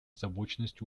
озабоченность